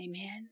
Amen